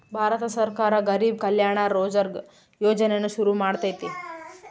ಭಾರತ ಸರ್ಕಾರ ಗರಿಬ್ ಕಲ್ಯಾಣ ರೋಜ್ಗರ್ ಯೋಜನೆನ ಶುರು ಮಾಡೈತೀ